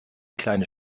kleine